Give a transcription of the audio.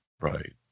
Right